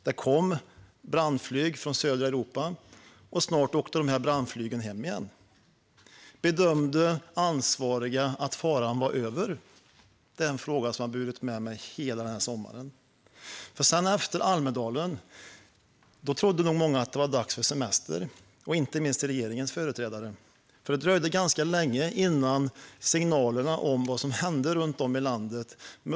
Det kom brandflyg från södra Europa, och snart åkte dessa brandflyg hem igen. Bedömde ansvariga att faran var över? Det är en fråga som jag har burit med mig hela denna sommar. Efter Almedalen trodde nog många att det var dags för semester, inte minst regeringens företrädare, för det dröjde ganska länge innan signalerna kom om vad som hände runt om i landet.